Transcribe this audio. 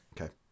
Okay